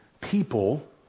people